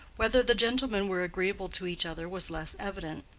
whether the gentlemen were agreeable to each other was less evident.